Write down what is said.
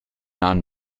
non